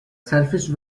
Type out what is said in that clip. selfish